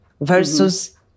versus